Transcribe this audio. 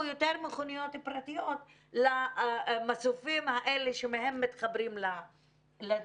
יותר מכוניות פרטיות למסופים האלה שמהם מתחברים לדנית.